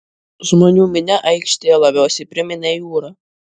žmonių minia aikštėje labiausiai priminė jūrą